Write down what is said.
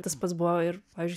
tas pats buvo ir pavyzdžiui